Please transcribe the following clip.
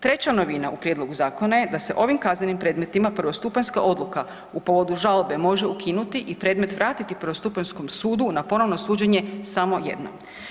Treća novina u prijedlogu zakona je da se ovim kaznenim predmetima prvostupanjska odluka u povodu žalbe može ukinuti i predmet vrati prvostupanjskom sudu na ponovno suđenje samo jednom.